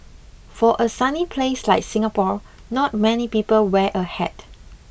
for a sunny place like Singapore not many people wear a hat